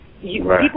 people